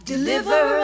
Deliver